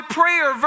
prayer